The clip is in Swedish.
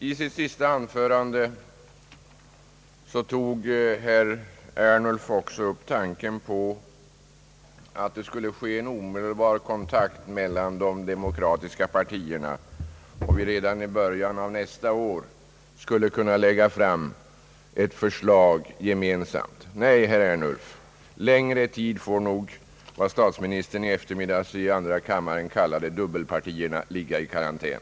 I sitt senaste anförande tog herr Ernulf också upp tanken på att det skulle ske en omedelbar kontakt mellan de demokratiska partierna och att vi redan i början av nästa år skulle kunna lägga fram ett gemensamt förslag. Nej, herr Ernulf! Längre tid får nog vad statsministern i eftermiddags i andra kammaren kallade dubbelpartierna ligga i karantän.